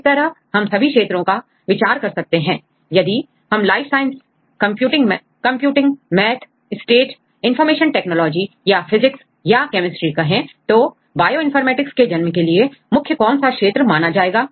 इस तरह हम सभी क्षेत्रों का विचार कर सकते हैं यदि हम life science computing math stat information technology या फिजिक्स या केमिस्ट्री कहें तो बायोइनफॉर्मेटिक के जन्म के लिए मुख्य कौन सा क्षेत्र माना जाएगा